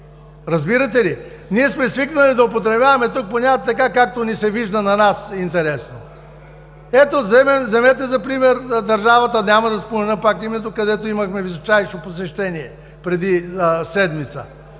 Разбирате ли? Ние сме свикнали да употребяваме тук понятията, така, както ни се вижда на нас интересно. Вземете за пример държавата – пак няма да спомена името, където имахме височайшо посещение преди седмица.